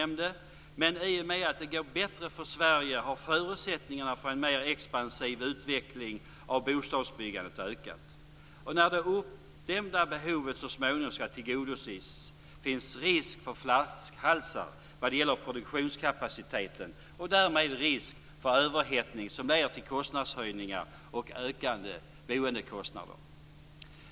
Men i och med att det går bättre för Sverige har förutsättningarna för en mer expansiv utveckling av bostadsbyggandet ökat. Och när det uppdämda behovet så småningom ska tillgodoses finns risk för flaskhalsar vad gäller produktionskapaciteten och därmed risk för överhettning, vilket leder till kostnadshöjningar och ökande boendekostnader.